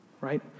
right